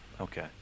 Okay